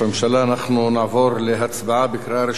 אנחנו נעבור להצבעה בקריאה ראשונה על